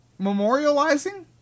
memorializing